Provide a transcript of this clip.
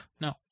No